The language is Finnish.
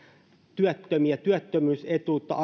työttömiä työttömyysetuutta